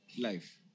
life